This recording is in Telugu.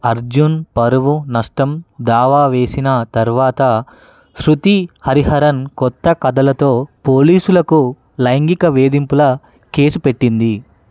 అర్జున్ పరువు నష్టం దావా వేసిన తర్వాత శృతి హరిహరన్ కొత్త కథలతో పోలీసులకు లైంగిక వేధింపుల కేసు పెట్టింది